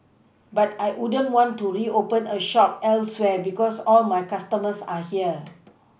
but I wouldn't want to reopen a shop elsewhere because all my customers are here